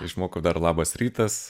išmokau dar labas rytas